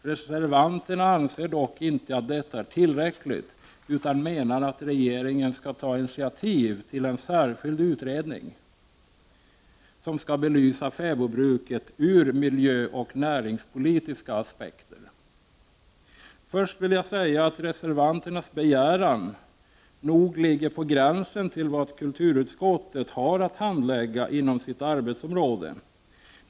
Reservanterna anser dock inte att detta är tillräckligt, utan menar att regeringen skall ta initiativ till en särskild utredning, som skall belysa fäbodbruket ur miljöoch näringspolitiska aspekter. Först vill jag säga att reservanternas begäran nog ligger på gränsen till vad kulturutskottet har att handlägga inom sitt arbetsområde.